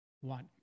one